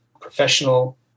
professional